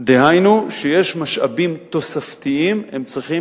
דהיינו כשיש משאבים תוספתיים הם צריכים